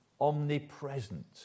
omnipresent